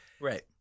Right